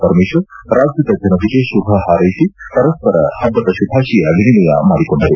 ಪರಮೇಶ್ವರ್ ರಾಜ್ಯದ ಜನತೆಗೆ ಶುಭ ಹಾರೈಸಿ ಪರಸ್ಪರ ಹಬ್ಬದ ಶುಭಾಶಯ ವಿನಿಮಯ ಮಾಡಿಕೊಂಡರು